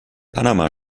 panama